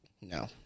No